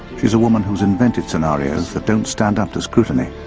she's a woman who's invented scenarios that don't stand up to scrutiny.